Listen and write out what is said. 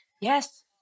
Yes